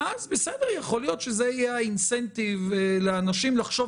ואז יכול להיות שזה יהיה התמריץ לאנשים לחשוב